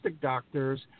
doctors